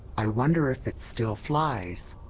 i wonder if it still flies?